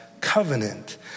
covenant